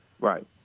Right